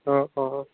অঁ অঁ